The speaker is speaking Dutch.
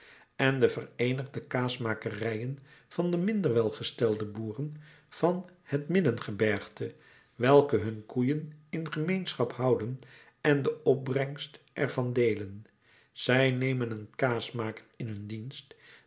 en de vereenigde kaasmakerijen van de minder welgestelde boeren van het midden gebergte welke hun koeien in gemeenschap houden en de opbrengst er van deelen zij nemen een kaasmaker in hun dienst